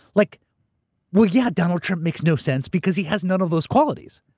like well yeah, donald trump makes no sense because he has none of those qualities.